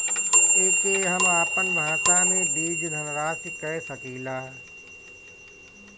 एके हम आपन भाषा मे बीज धनराशि कह सकीला